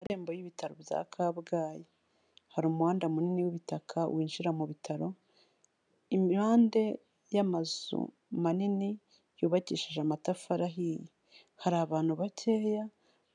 Ku marembo y'ibitaro bya Kabgayi, hari umuhanda munini w'ubitaka winjira mu bitaro, impande y'amazu manini yubakishije amatafari ahiye, hari abantu bakeya